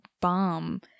bomb